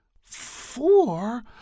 four